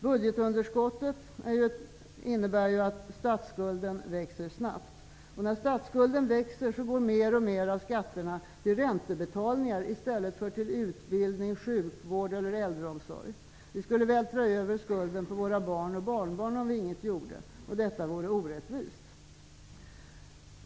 Budgetunderskottet innebär ju att statsskulden växer snabbt, och när statsskulden växer går mer och mer av skatterna till räntebetalningar i stället för till utbildning, sjukvård eller äldreomsorg. Vi skulle vältra över skulden på våra barn och barnbarn om vi inget gjorde. Detta vore orättvist.